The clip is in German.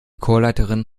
chorleiterin